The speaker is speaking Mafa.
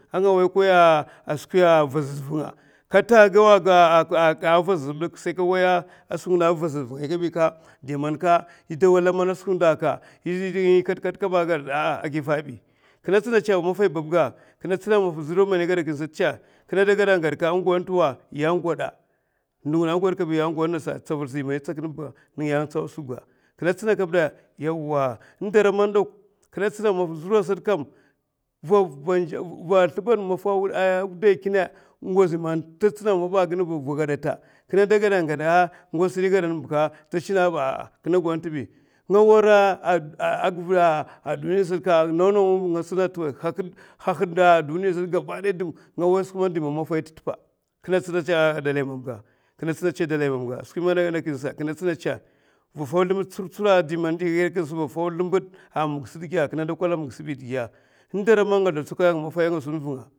Anga wayakay skwiya avazaz vunga kata aka yawa kawaya skwi ngiɓe avazaz kabi ka, demanye da lamana a skwi ndo da aka, ye de kata kata diya ka se kam. agiva bi kine da gwaɓ ndaw agwaɓ nte wa, ye gwaɓa. ndo ngiɓe agwaɓ kabi ye gwaɓ skwi ga, tsavul ga man ye tsiy ya sat ba ye, mafa zura satkam va zlubad maffa a wuday kine, ngozi man ta stina dayi bi akin ba, da gwaɓa. kine da gwad ah ngozi ta tsina dayi maffa bi a duniya gabaday ngaway skwi man mafahi te pa m'bela ngasa. va fau zlebad a ma ga a kine tsuna. ndawa n- dara man fa tsina, va fau zlebad tsurtsura di man ye gwaɓa, kine da kwala ma ga sebi n'dara man nga zlotsokoya anga mafay.